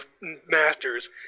Masters